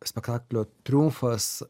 spektaklio triumfas